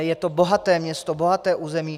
Je to bohaté město, bohaté území.